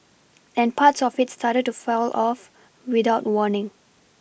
and parts of it started to fell off without warning